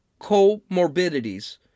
comorbidities